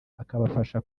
akabafasha